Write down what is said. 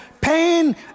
pain